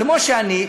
כמו שאני,